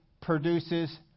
produces